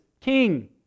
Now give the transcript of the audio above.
king